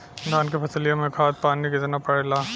धान क फसलिया मे खाद पानी कितना पड़े ला?